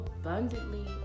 abundantly